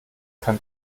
kann